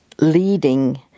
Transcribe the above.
leading